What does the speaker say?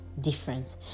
different